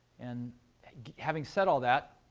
and having said all that,